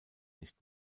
nicht